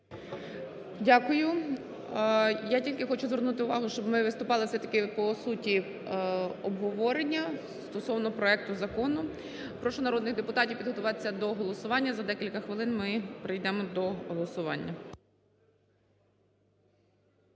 Дякую. Я тільки хочу звернути увагу, щоб ми виступали все-таки по суті обговорення стосовно проекту закону. Прошу народних депутатів підготуватися до голосування. За декілька хвилин ми перейдемо до голосування.